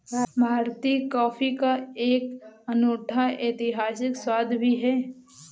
भारतीय कॉफी का एक अनूठा ऐतिहासिक स्वाद भी है